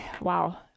wow